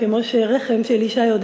כמו שרחם של אישה יודע